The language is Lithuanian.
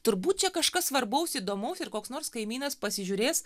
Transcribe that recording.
turbūt čia kažkas svarbaus įdomaus ir koks nors kaimynas pasižiūrės